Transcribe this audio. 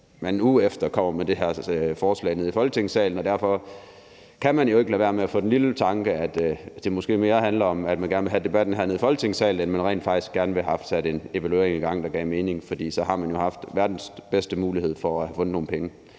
en uge efter kommer med det her forslag hernede i Folketingssalen. Derfor kan jeg jo ikke lade være med at få den lille tanke, at det måske mere handler om, at man gerne vil have debatten hernede i Folketingssalen, end at man rent faktisk gerne vil have sat en evaluering i gang, der gav mening. For så havde man for meget kort tid siden verdens bedste mulighed for at få fundet nogle penge.